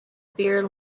beer